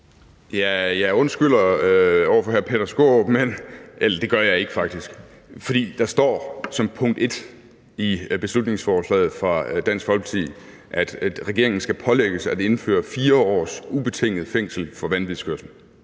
Jeg undskylder over for hr. Peter Skaarup – eller det gør jeg faktisk ikke, for der står som punkt 1 i beslutningsforslaget fra Dansk Folkeparti, at regeringen skal pålægges at indføre 4 års ubetinget fængsel for vanvidskørsel.